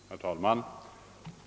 Herr talman!